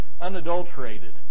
unadulterated